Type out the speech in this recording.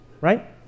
right